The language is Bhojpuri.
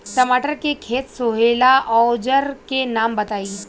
टमाटर के खेत सोहेला औजर के नाम बताई?